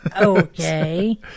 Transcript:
Okay